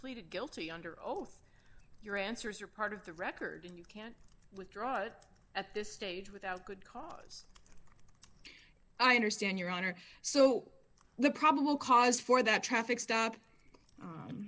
pleaded guilty under oath your answers are part of the record and you can withdraw but at this stage without good cause i understand your honor so the probable cause for that traffic stop